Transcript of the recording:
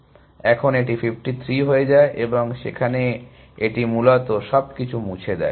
সুতরাং এখন এটি 53 হয়ে যায় এবং সেখানে এটি মূলত সবকিছু মুছে দেয়